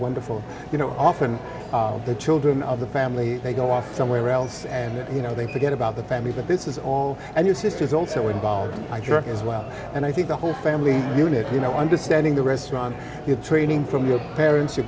wonderful you know often the children of the family they go off somewhere else and you know they forget about the family but this is all and your sister is also involved as well and i think the whole family unit you know understanding the restaurant training from you parents